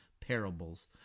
parables